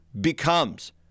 becomes